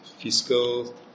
Fiscal